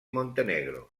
montenegro